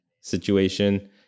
situation